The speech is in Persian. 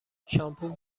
شامپو